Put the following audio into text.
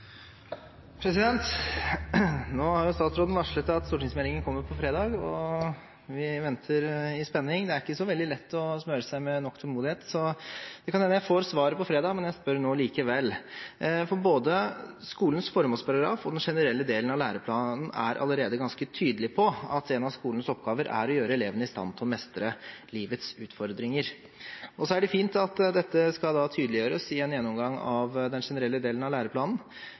Nå har statsråden varslet at stortingsmeldingen kommer på fredag, og vi venter i spenning. Det er ikke så veldig lett å smøre seg med nok tålmodighet – det kan hende jeg får svaret på fredag, men jeg spør likevel. Både skolens formålsparagraf og den generelle delen av læreplanen er allerede ganske tydelig på at en av skolens oppgaver er å gjøre elevene i stand til å mestre livets utfordringer. Det er fint at dette skal tydeliggjøres i en gjennomgang av den generelle delen av læreplanen,